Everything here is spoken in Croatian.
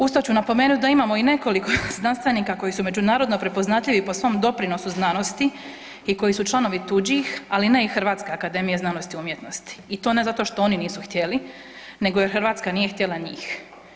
Uz to ću napomenuti da imamo i nekoliko znanstvenika koji su međunarodno prepoznatljivi po svom doprinosu znanosti i koji su članovi tuđih, ali ne i Hrvatske akademije znanosti i umjetnosti i to ne zato što oni nisu htjeli, nego Hrvatska nije htjela njih.